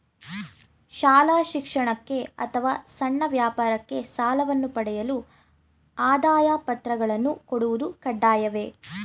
ಶಾಲಾ ಶಿಕ್ಷಣಕ್ಕೆ ಅಥವಾ ಸಣ್ಣ ವ್ಯಾಪಾರಕ್ಕೆ ಸಾಲವನ್ನು ಪಡೆಯಲು ಆದಾಯ ಪತ್ರಗಳನ್ನು ಕೊಡುವುದು ಕಡ್ಡಾಯವೇ?